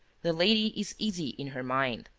the lady is easy in her mind.